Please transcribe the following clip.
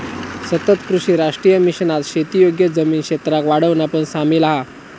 सतत कृषी राष्ट्रीय मिशनात शेती योग्य जमीन क्षेत्राक वाढवणा पण सामिल हा